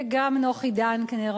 וגם נוחי דנקנר,